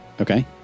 Okay